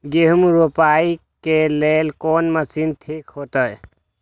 गेहूं रोपाई के लेल कोन मशीन ठीक होते?